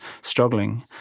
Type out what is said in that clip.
struggling